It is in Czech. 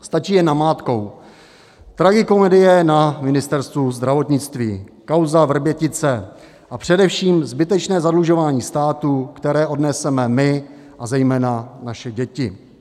Stačí jen namátkou: tragikomedie na Ministerstvu zdravotnictví, kauza Vrbětice a především zbytečné zadlužování státu, které odneseme my a zejména naše děti.